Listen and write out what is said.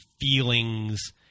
feelings